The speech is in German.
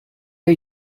der